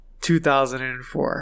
2004